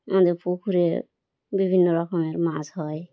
আমাদের পুকুরে বিভিন্ন রকমের মাছ হয়